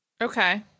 okay